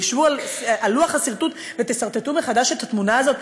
תשבו על לוח הסרטוט ותסרטטו מחדש את התמונה הזאת,